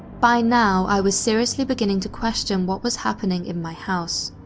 by now, i was seriously beginning to question what was happening in my house.